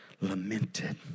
lamented